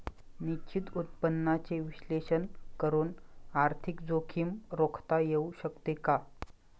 निश्चित उत्पन्नाचे विश्लेषण करून आर्थिक जोखीम रोखता येऊ शकते का?